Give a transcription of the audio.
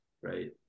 right